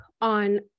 on